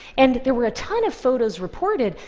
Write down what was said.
and there were a ton of photos reported,